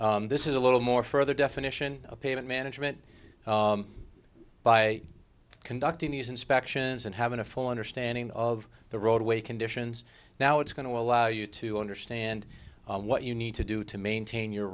this is a little more further definition of payment management by conducting these inspections and having a full understanding of the roadway conditions now it's going to allow you to understand what you need to do to maintain your